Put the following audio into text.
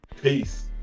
Peace